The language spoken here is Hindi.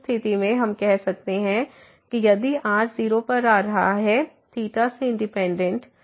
तो उस स्थिति में हम कह सकते हैं कि यदि r 0 पर आ रहा है ϴ से इंडिपेंडेंट